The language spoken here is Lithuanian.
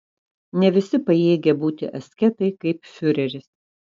ne visi pajėgia būti asketai kaip fiureris